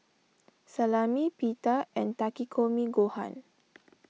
Salami Pita and Takikomi Gohan